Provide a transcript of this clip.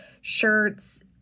shirts